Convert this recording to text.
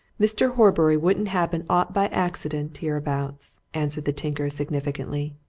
mr. horbury wouldn't happen aught by accident, hereabouts, answered the tinker significantly.